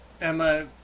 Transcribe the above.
Emma